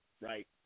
right